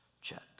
Check